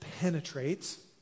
penetrates